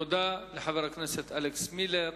תודה לחבר הכנסת אלכס מילר.